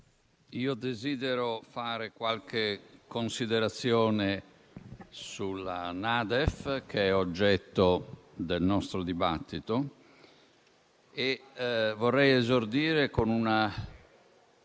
desidero fare qualche considerazione sulla NADEF, che è oggetto del nostro dibattito, e vorrei esordire con un